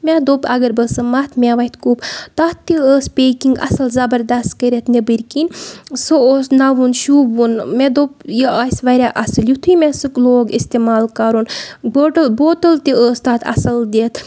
مےٚ دوٚپ اَگر بہٕ سۄ مَتھٕ مےٚ وۄتھِ کُپھ تَتھ تہِ ٲسۍ پیکِنگ اَصٕل زَبرداست کٔرِتھ نٮ۪بٕر کِنۍ سُہ اوس نَوُن شوٗبوُن مےٚ دوٚپ یہِ آسہِ واریاہ اَصٕل یِتھُے مےٚ سُہ لوگ اِستعمال کَرُن بوٹل بوتل تہِ ٲسۍ تَتھ اَصٕل دِتھ